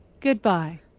Goodbye